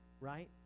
right